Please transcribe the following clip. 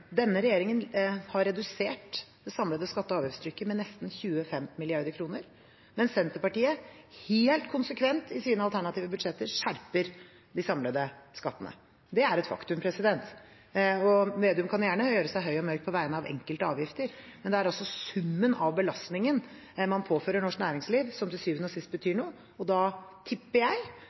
Denne regjeringen har redusert det samlede skatte- og avgiftstrykket med nesten 25 mrd. kr, mens Senterpartiet helt konsekvent i sine alternative budsjetter har skjerpet de samlede skattene. Det er et faktum. Slagsvold Vedum kan gjerne gjøre seg høy og mørk på vegne av enkelte avgifter, men det er summen av belastningen man påfører norsk næringsliv, som til syvende og sist betyr noe. Da tipper jeg